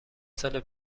سال